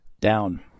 Down